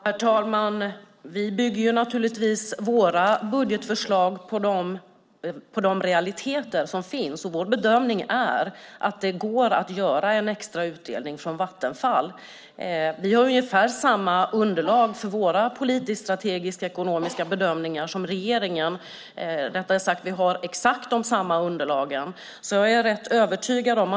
Herr talman! Vi bygger naturligtvis våra budgetförslag på de realiteter som finns, och vår bedömning är att det går att göra en extra utdelning från Vattenfall. Vi har ungefär samma underlag för våra politisk-strategiska ekonomiska bedömningar som regeringen, eller rättare sagt exakt samma underlag.